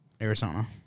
Arizona